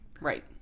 Right